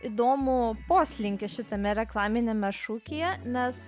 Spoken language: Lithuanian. įdomų poslinkį šitame reklaminiame šūkyje nes